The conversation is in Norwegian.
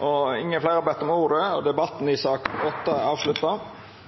Fleire har ikkje bedt om ordet i sak nr. 8. Sakene nr. 9 og